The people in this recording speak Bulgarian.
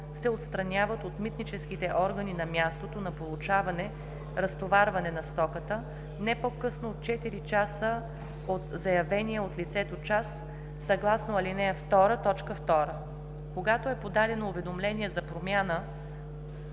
се отстраняват от митническите органи на мястото на получаване/разтоварване на стоката не по-късно от 4 часа от заявения от лицето час съгласно ал. 2, т. 2. Когато е подадено уведомление за промяна